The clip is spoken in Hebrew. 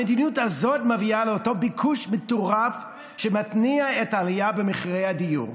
המדיניות הזאת מביאה לאותו ביקוש מטורף שמתניע את העלייה במחירי הדיור.